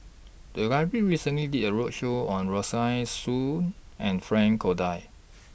The Library recently did A roadshow on Rosaline Soon and Frank Cloutier